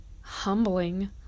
humbling